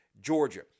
Georgia